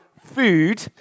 food